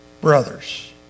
brothers